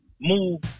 move